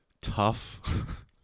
tough